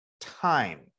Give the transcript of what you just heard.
time